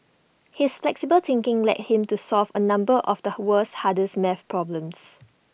his flexible thinking led him to solve A number of the world's hardest math problems